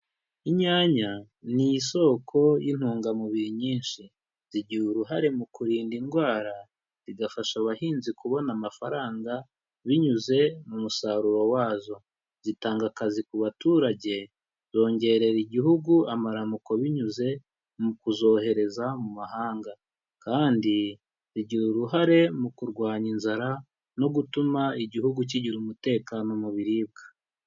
Inyanya ni isoko y'intungamubiri nyinshi. Zigira uruhare mu kurinda indwara, zigafasha abahinzi kubona amafaranga binyuze mu musaruro wazo. Zitanga akazi ku baturage, zongerera Igihugu amaramuko binyuze mu kuzohereza mu mahanga. Kandi zigira uruhare mu kurwanya inzara, no gutuma Igihugu kigira umutekano mu biribwa.